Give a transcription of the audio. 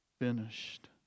finished